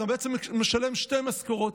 אתה בעצם משלם שתי משכורות.